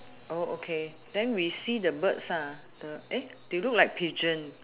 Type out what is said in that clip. oh okay then we see the birds ah the eh they look like pigeon